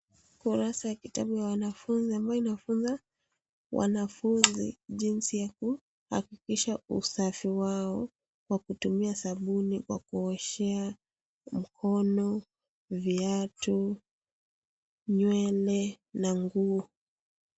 Ukurasa ya kitabu ya wanafunzi ambayo inafunza wanafunzi jinsi ya kuhakikisha usafi wao kwa kutumia sabuni kwa kuoshea mkono, viatu ,nywele na mguu.